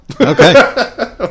Okay